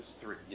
three